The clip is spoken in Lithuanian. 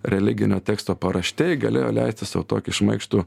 religinio teksto paraštėj galėjo leisti sau tokį šmaikštų